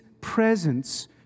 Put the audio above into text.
presence